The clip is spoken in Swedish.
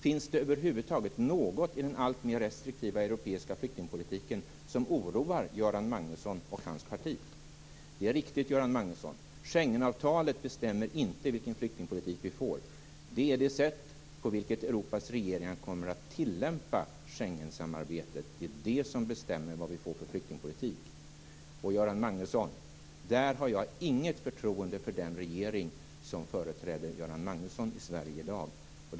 Finns det över huvud taget något i den alltmer restriktiva europeiska flyktingpolitiken som oroar Göran Magnusson och hans parti? Det är riktigt att Schengenavtalet inte bestämmer vilken flyktingpolitik vi får. Det är det sätt på vilket Europas regeringar kommer att tillämpa Schengensamarbetet som bestämmer vilken flyktingpolitik vi får. Där har jag inget förtroende för den regering som Göran Magnusson företräder i Sverige i dag.